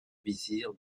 vizir